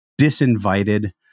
disinvited